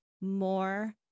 more